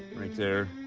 right there.